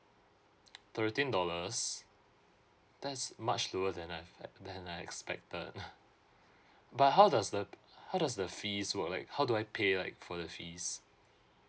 thirteen dollars that's much lower than I've than I expected but how does the how does the fees work like how do I pay like for the fees